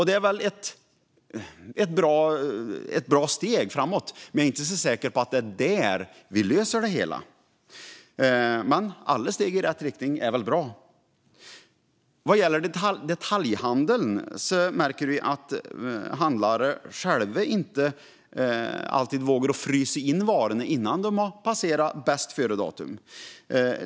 Det är väl ett bra steg framåt, men jag är inte säker på att det är så vi löser det hela. Men alla steg i rätt riktning är väl bra. Vad gäller detaljhandeln märker vi att handlare själva inte alltid vågar frysa in varorna innan de har passerat bästföredatum.